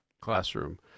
classroom